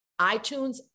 iTunes